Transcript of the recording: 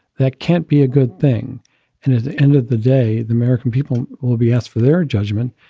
that can't be a good thing and at the end of the day, the american people will be asked for their judgment.